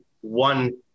one